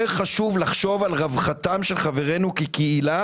יותר חשוב לחשוב על רווחתם של חברנו בקהילה